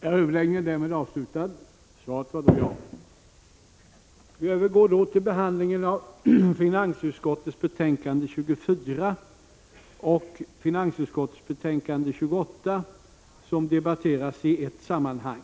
Kammaren övergår nu till behandlingen av finansutskottets betänkande 24 och finansutskottets betänkande 28, som debatteras i ett sammanhang.